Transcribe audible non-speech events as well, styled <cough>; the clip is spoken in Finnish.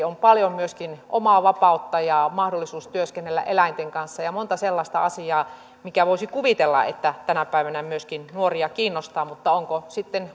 <unintelligible> on paljon myöskin omaa vapautta ja mahdollisuus työskennellä eläinten kanssa ja monta sellaista asiaa minkä voisi kuvitella tänä päivänä myöskin nuoria kiinnostavan mutta onko sitten <unintelligible>